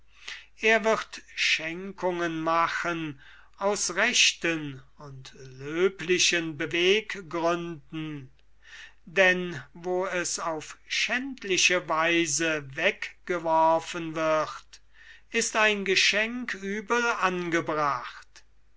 er wird schenkungen machen aus rechten und löblichen beweggründen denn wo es auf schändliche weise weggeworfen wird ist ein geschenk übel angebracht